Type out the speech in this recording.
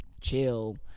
chill